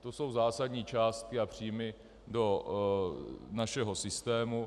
To jsou zásadní částky a příjmy do našeho systému.